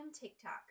TikTok